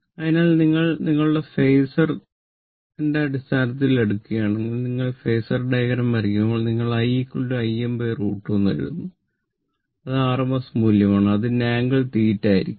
അതിനാൽ നിങ്ങൾ നിങ്ങളുടെ ഫാസറിന്റെ അടിസ്ഥാനത്തിൽ എടുക്കുകയാണെങ്കിൽ നിങ്ങൾ ഫേസർ ഡയഗ്രം വരയ്ക്കുമ്പോൾ നിങ്ങൾ i Im √ 2 എന്ന് എഴുതുന്നു അത് rms മൂല്യം ആണ് അതിന്റെ ആംഗിൾ 0o ആയിരിക്കും